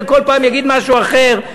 וכל פעם יגיד משהו אחר,